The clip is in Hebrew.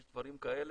יש דברים כאלה?